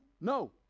No